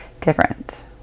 different